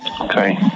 Okay